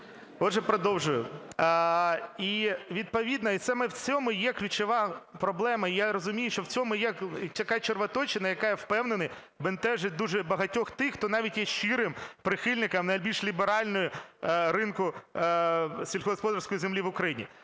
Отже, продовжую. І відповідно саме в цьому є ключова проблема. І я розумію, що в цьому є така червоточина, яка, я впевнений, бентежить дуже багатьох тих, хто навіть є щирим прихильником найбільш ліберального ринку сільськогосподарської землі в Україні.